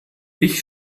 ich